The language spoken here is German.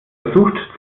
versucht